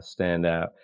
standout